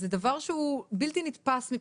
זה דבר שהוא בלתי נתפס מבחינתי.